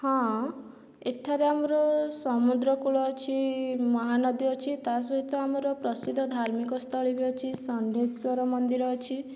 ହଁ ଏଠାରେ ଆମର ସମୁଦ୍ରକୂଳ ଅଛି ମହାନଦୀ ଅଛି ତା'ସହିତ ଆମର ପ୍ରସିଦ୍ଧ ଧାର୍ମିକସ୍ଥଳୀ ବି ଅଛି ଷଣ୍ଢେଶ୍ୱର ମନ୍ଦିର ଅଛି